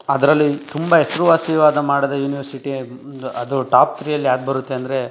ಅದರಲ್ಲಿ ತುಂಬ ಹೆಸ್ರುವಾಸಿವಾದ ಮಾಡಿದ ಯೂನಿವರ್ಸಿಟಿ ಅದು ಟಾಪ್ ತ್ರೀಯಲ್ಲಿ ಆಗಿಬರುತ್ತೆ ಅಂದರೆ